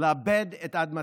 לעבד את אדמתו.